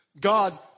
God